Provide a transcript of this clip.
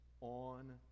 on